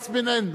"ראס בין עינו".